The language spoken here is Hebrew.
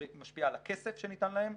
היא משפיעה על הכסף שניתן להם,